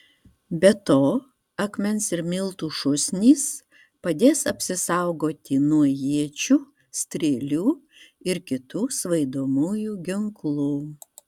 be to akmens ir miltų šūsnys padės apsisaugoti nuo iečių strėlių ir kitų svaidomųjų ginklų